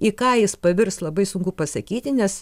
į ką jis pavirs labai sunku pasakyti nes